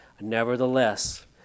Nevertheless